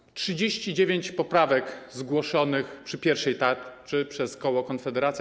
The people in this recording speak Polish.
Było 39 poprawek zgłoszonych przy pierwszej tarczy przez koło Konfederacja.